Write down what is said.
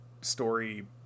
story